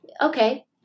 okay